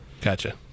gotcha